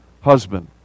husband